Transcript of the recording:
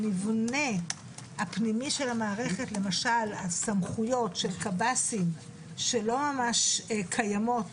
המבנה הפנימי של המערכת למשל הסמכויות של קבסי"ם שלא ממש קיימות,